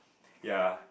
ya